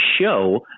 show